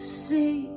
see